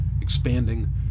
expanding